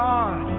God